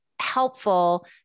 helpful